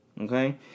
okay